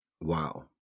Wow